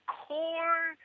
core